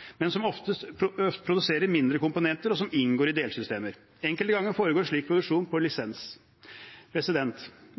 men selv et missil vil være sammensatt av komponenter produsert i flere land. Stans i produksjon og salg vil ramme en rekke underleverandører, som ofte produserer mindre komponenter som inngår i delsystemer. Enkelte ganger foregår slik produksjon på lisens.